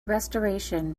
restoration